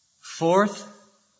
Fourth